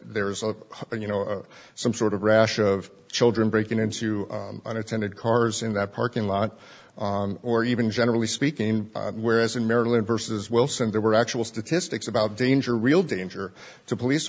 there's a you know some sort of rash of children breaking into unintended cars in that parking lot or even generally speaking whereas in maryland versus wilson there were actual statistics about danger real danger to police